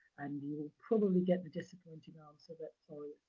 and you'll probably get the disappointing answer that, sorry,